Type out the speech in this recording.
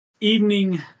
evening